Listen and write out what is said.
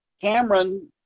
cameron